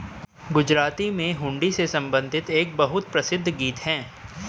गुजराती में हुंडी से संबंधित एक बहुत प्रसिद्ध गीत हैं